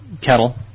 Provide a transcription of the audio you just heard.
kettle